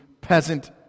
peasant